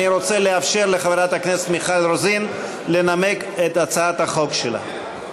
אני רוצה לאפשר לחברת הכנסת מיכל רוזין לנמק את הצעת החוק שלה.